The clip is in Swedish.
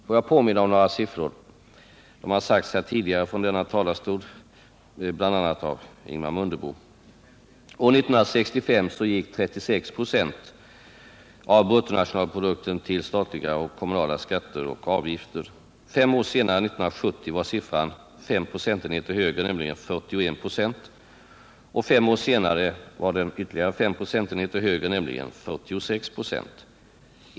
Får jag påminna om några siffror, som har nämnts här tidigare från denna talarstol, bl.a. av Ingemar Mundebo. År 1965 gick 36 26 av bruttonationalprodukten till statliga och kommunala skatter och avgifter. Fem år senare — 1970 — var siffran fem procentenheter högre, nämligen 41 96, och ytterligare fem år senare — 1975 — var den ytterligare fem procentenheter högre, nämligen 46 96.